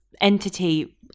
entity